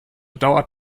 dauert